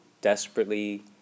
desperately